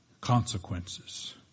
Consequences